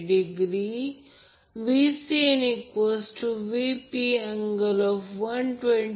आणि Vca √3 Vp angle 210° म्हणजे VL angle 210° असेल